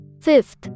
Fifth